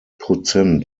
prozent